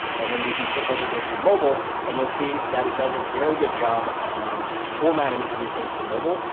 and then we can click over here to mobile and you'll see that it does a very good job of formatting everything for mobile.